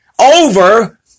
over